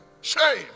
Shame